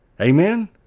Amen